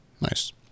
Nice